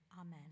Amen